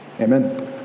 amen